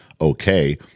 okay